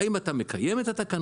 האם אתה מקיים את התקנות?